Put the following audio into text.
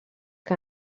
que